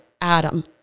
Adam